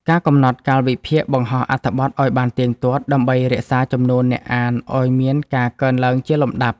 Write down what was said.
ការកំណត់កាលវិភាគបង្ហោះអត្ថបទឱ្យបានទៀងទាត់ ដើម្បីរក្សាចំនួនអ្នកអានឱ្យមានការកើនឡើងជាលំដាប់។